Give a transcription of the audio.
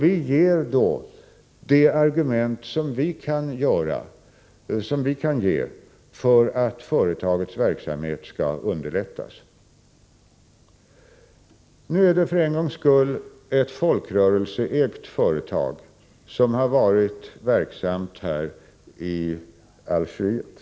Vi anför då de argument som vi kan ge för att företagets verksamhet skall underlättas. Nu är det för en gångs skull ett folkrörelseägt företag som har varit verksamt i Algeriet.